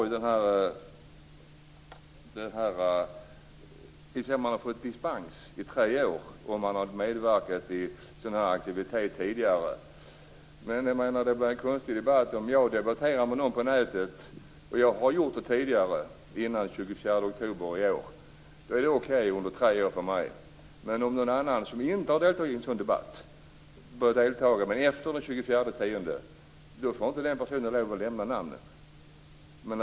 Internet får man dispens i tre år. Men det blir konstigt om jag, som innan den 24 oktober i år har debatterat på nätet, under tre år får nämna namn medan någon annan som inte har deltagit i en sådan debatt inte får nämna några namn efter den 24 oktober.